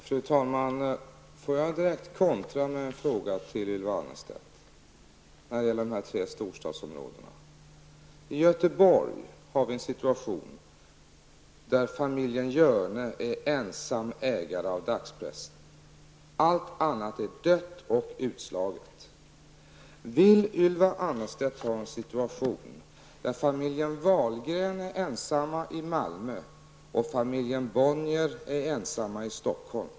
Fru talman! Låt mig direkt kontra med en fråga till Ylva Annerstedt när det gäller de tre storstadsområdena. I Göteborg har vi en situation där familjen Hjörne är ensam ägare av dagspressen, allt annat är dött och utslaget. Vill Ylva Annerstedt ha en situation där familjen Wahlgren är ensam i Malmö och familjen Bonnier är ensam i Stockholm?